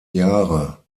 jahre